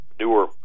newer